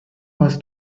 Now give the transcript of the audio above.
was